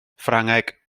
ffrangeg